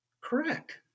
Correct